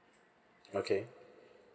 okay